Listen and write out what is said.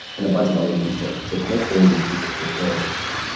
and a bunch of other things to to make sure these people stay loyal with us.